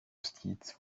justiz